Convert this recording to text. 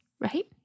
Right